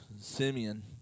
Simeon